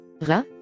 Ra